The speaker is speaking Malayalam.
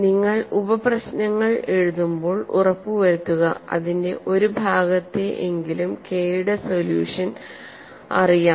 നിങ്ങൾ ഉപപ്രശ്നങ്ങൾ എഴുതുമ്പോൾ ഉറപ്പുവരുത്തുക അതിന്റെ ഒരു ഭാഗത്തെ എങ്കിലും കെ യുടെ സൊല്യൂഷൻ അറിയാം